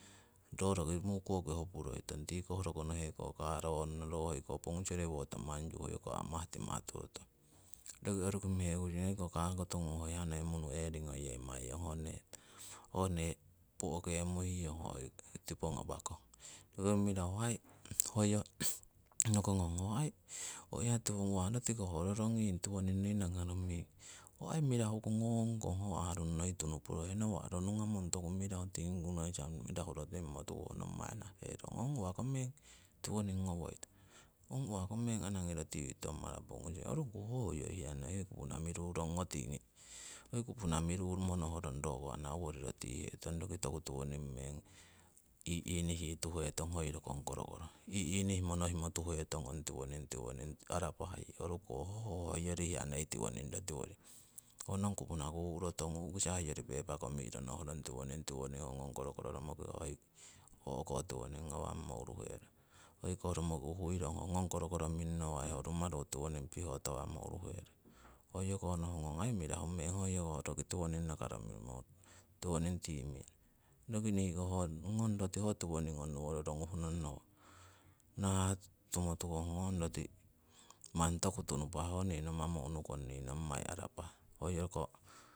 Ro roki mukoki hopuroi tong tikoh rokono heko karorono, ro hoiko pongusere wotamangyu hoyoko amahtimah turotong. Roki oruki mekusing hoiko kakoto ngung ho hiya munu eri ngeyemai yong. Ho nee po'kemai yong hoi tipo ngawakong. Roki mirahu hoyo nokongong ho aii ho hiya tiwo ngawah, rotiko ho roronging tiwoning nii nakaroming, ho aii mirahu ko ngong kong, ho arung noi tunuporehe. Nawa' ro nungamong toku mirahu tingi kuraisa mirahu rotingmotuku ho nommai naraherong ong uwako meng tiwoning ngowoitong, ong uwako meng anagi rotitong mara pogusere, oruko ho hoyo hewa noi hoi kupuna mirumo nohrong roko ana owori rotihetong. Roki toku tiwoning meng i- inihituhetong hoi rokong korokoro, inihimo nohimo tuhetong ong tiwoning, arapah yi. Oruko, hoko ho hoyo hewa noi tiwoning rotiworing, ho nong kupuna ku'rotong. U'kisa hoyori pepa komi'ro nohrong tiwoning, tiwoning, romoki ho ngong korokoro romoki tiwoning ngawangmo uruherong hoikoh romoki uhui ururong ho ngong korokoro mingnawai ho rumaru tiwoning piho tawamo uruherong. Hoyoko nohungong ong ai mirahu meng hoyoko roki tiwoning nakaromi tiwoning timing. Roki niko ngong roti ho tiwoning ongnowo roronguh nong nowo, nahah tumotukong ho ngom roti mani toku tunupah, ho nii namamo unukong nii nommai arapah.